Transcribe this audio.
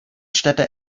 städte